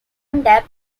under